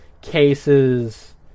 cases